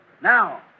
Now